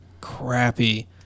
crappy